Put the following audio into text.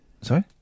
Sorry